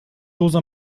dose